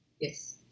yes